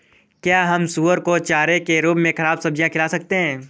क्या हम सुअर को चारे के रूप में ख़राब सब्जियां खिला सकते हैं?